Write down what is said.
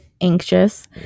anxious